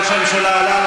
ראש הממשלה עלה.